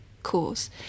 cause